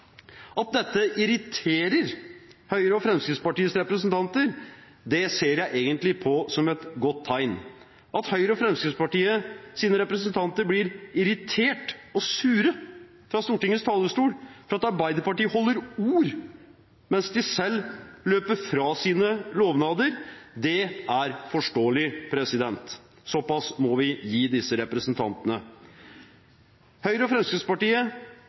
At dette irriterer Høyres og Fremskrittspartiets representanter, ser jeg egentlig på som et godt tegn. At Høyres og Fremskrittspartiets representanter fra Stortingets talerstol er irriterte og sure for at Arbeiderpartiet holder ord, mens de selv løper fra sine lovnader, er forståelig – såpass må vi gi disse representantene. Høyre og Fremskrittspartiet